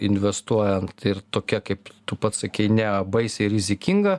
investuojant ir tokia kaip tu pats sakei ne baisiai rizikinga